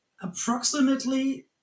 approximately